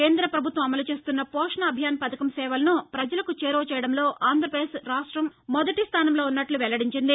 కేంద్ర ప్రభుత్వం అమలు చేస్తున్న పోషణ అభియాన్ పథకం సేవలను ప్రపజలకు చేరువ చేయడంలో ఆంధ్రపదేశ్ రాష్టం మొదటి స్టానంలో ఉన్నట్లు వెల్లడించింది